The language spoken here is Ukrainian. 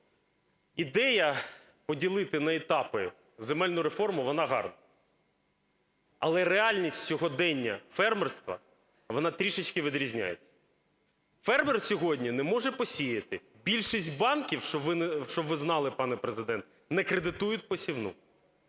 Ідея поділити на етапи земельну реформу, вона гарна. Але реальність сьогодення фермерства, вона трішечки відрізняється. Фермер сьогодні не може посіяти. Більшість банків, щоб ви знали, пане Президенте, не кредитують посівну.